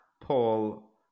Paul